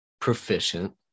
proficient